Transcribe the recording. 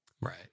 Right